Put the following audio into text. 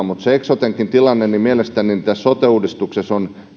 mutta sen eksotenkin tilanteen suhteen mielestäni tässä sote uudistuksessa on